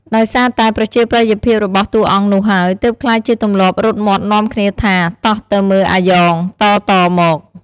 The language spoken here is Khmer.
ដោយសារតែប្រជាប្រិយភាពរបស់តួអង្គនោះហើយ ទើបក្លាយជាទម្លាប់រត់មាត់នាំគ្នាថា “តោះទៅមើលអាយ៉ង” តៗមក ។